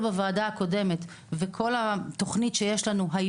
בוועדה הקודמת וכל התכנית שיש לנו היו